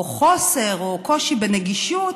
או חוסר או קושי בנגישות,